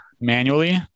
manually